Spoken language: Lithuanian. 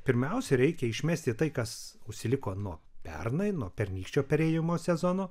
pirmiausia reikia išmesti tai kas užsiliko nuo pernai nuo pernykščio perėjimo sezono